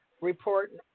report